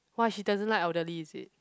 why she doesn't like elderly is it